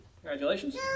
Congratulations